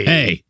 Hey